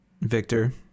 Victor